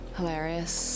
Hilarious